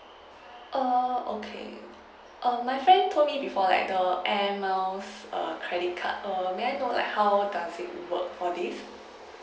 uh okay um my friend told me before like the Air Miles err credit card err may I know like how does it work for this